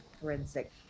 forensic